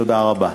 תודה רבה.